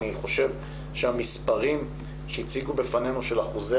אני חושב שהמספרים שהציגו בפנינו של אחוזי